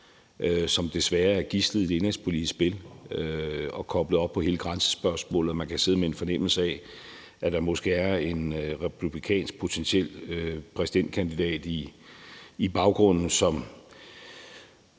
som desværre er blevet et gidsel i et indenrigspolitisk spil og koblet op på hele grænsespørgsmålet. Og man kan sidde med en fornemmelse af, at der måske er en potentiel republikansk præsidentkandidat i baggrunden, som